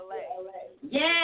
Yes